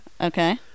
Okay